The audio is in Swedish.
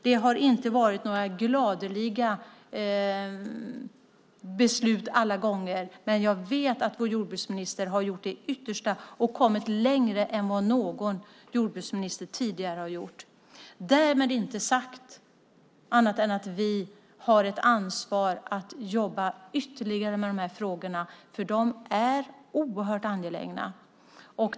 Det har inte varit några gladeliga beslut alla gånger, men jag vet att vår jordbruksminister har gjort det yttersta och kommit längre än någon annan jordbruksminister tidigare. Därmed inte sagt annat än att vi har ett ansvar att jobba ytterligare med de här frågorna, för de är oerhört angelägna.